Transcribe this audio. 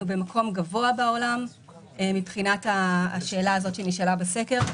במקום גבוה בעולם מבחינת השאלה הזאת שנשאלה בסקר.